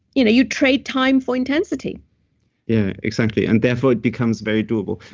you know you trade time for intensity yeah, exactly. and therefore it becomes very doable.